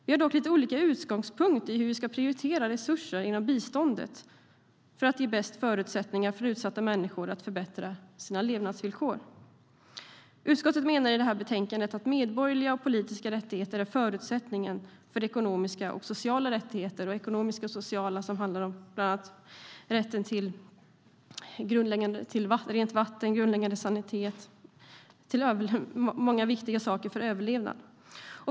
Vi har dock lite olika utgångspunkt i hur vi ska prioritera resurser inom biståndet för att ge bäst förutsättningar för utsatta människor att förbättra sina levnadsvillkor. Utskottet menar i detta betänkande att medborgerliga och politiska rättigheter är förutsättningen för ekonomiska och sociala rättigheter. Ekonomiska och sociala rättigheter handlar bland annat om rätten till rent vatten, grundläggande sanitet och många viktiga saker för överlevnad.